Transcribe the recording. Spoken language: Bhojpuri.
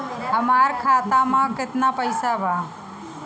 हमरा खाता में केतना पइसा बा?